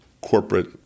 corporate